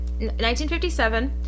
1957